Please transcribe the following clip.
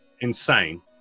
insane